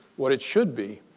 what it should be,